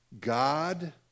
God